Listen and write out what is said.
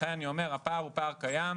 לכן אני אומר שהפער הוא פער קיים,